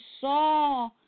saw